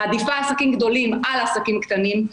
מעדיפה עסקים גדולים על עסקים קטנים.